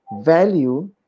value